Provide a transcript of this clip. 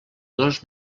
dos